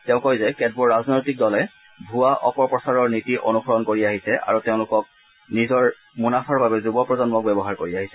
তেওঁ কয় যে কেতবোৰ ৰাজনৈতিক দলে ভূৱা অপপ্ৰচাৰৰ নীতি অনুসৰণ কৰি আহিছে আৰু তেওঁলোকৰ নিজৰ মুনাফাৰ বাবে যুৱ প্ৰজন্মক ব্যৱহাৰ কৰি আহিছে